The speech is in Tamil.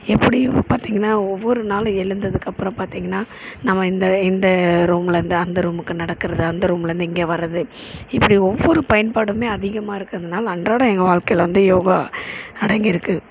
எப்படியும் பார்த்தீங்கன்னா ஒவ்வொரு நாளும் எழுந்ததுக்கு அப்புறம் பார்த்தீங்கன்னா நம்ம இந்த இந்த ரூம்லருந்து அந்த ரூமுக்கு நடக்கிறது அந்த ரூம்லருந்து இங்கே வர்றது இப்படி ஒவ்வொரு பயன்பாடுமே அதிகமாக இருக்கிறதுனால அன்றாட எங்கள் வாழ்க்கையில வந்து யோகா அடங்கியிருக்கு